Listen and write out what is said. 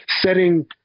setting